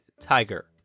Tiger